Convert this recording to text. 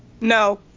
No